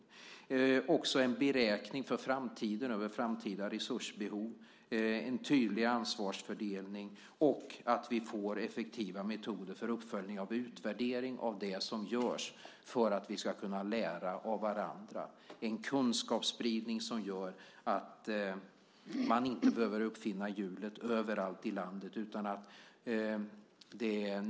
Det behövs också en beräkning för framtiden över framtida resursbehov, en framtida ansvarsfördelning och att vi får effektiva metoder för uppföljning och utvärdering av det som görs för att vi ska kunna lära av varandra. Det är en kunskapsspridning som gör att man inte behöver uppfinna hjulet överallt i landet.